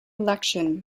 election